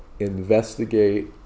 investigate